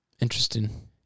Interesting